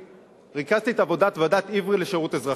ריכזתי את עבודת ועדת-עברי לשירות אזרחי,